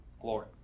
glory